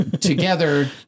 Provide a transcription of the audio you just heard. together